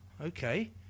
okay